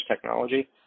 technology